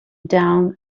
down